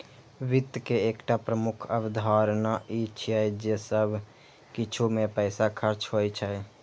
वित्त के एकटा प्रमुख अवधारणा ई छियै जे सब किछु मे पैसा खर्च होइ छै